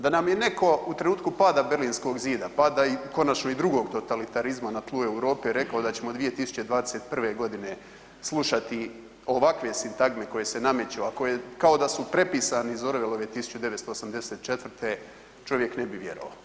Da nam je neko u trenutku pada Berlinskog zida, pada i konačno i drugog totalitarizma na tlu Europe rekao da ćemo 2021.g. slušati ovakve sintagme koje se nameću, a koje kao da su prepisani iz Orwellove 1984. čovjek ne bi vjerovao.